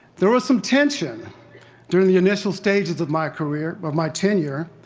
there was some tension during the initial stages of my career of my tenure,